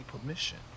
permission